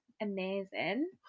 amazing